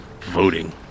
Voting